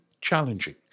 challenging